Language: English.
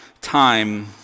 time